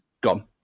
gone